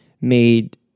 made